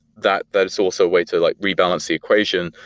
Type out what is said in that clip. that that is also a way to like rebalance the equation.